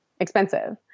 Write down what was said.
expensive